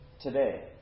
today